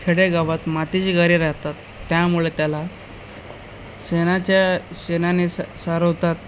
खेडेगावात मातीची घरे राहतात त्यामुळे त्याला शेणाच्या शेणाने स सारवतात